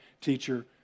teacher